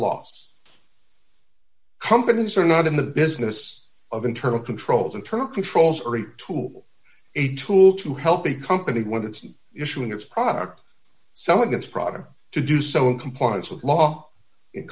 loss companies are not in the business of internal controls internal controls are a tool a tool to help a company when it's an issue in its product selling its product to do so in compliance with law